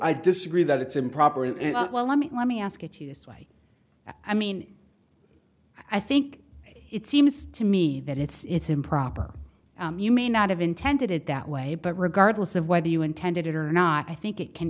i disagree that it's improper well let me let me ask it yes why i mean i think it seems to me that it's improper you may not have intended it that way but regardless of whether you intended it or not i think it can